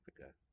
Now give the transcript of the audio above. Africa